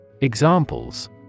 Examples